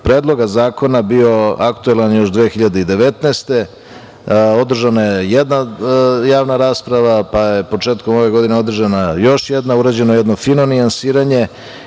Predloga zakona bio aktuelan još 2019. godine. Održana je jedna javna rasprava, pa je početkom ove godine održana još jedna, urađeno jedno fino nijansiranje,